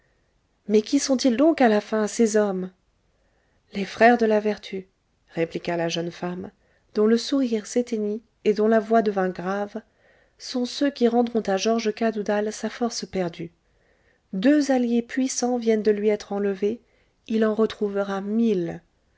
mais qui sont-ils donc à la fin ces hommes les frères de la vertu répliqua la jeune femme dont le sourire s'éteignit et dont la voix devint grave sont ceux qui rendront à georges cadoudal sa force perdue deux alliés puissants viennent de lui être enlevés il en retrouvera mille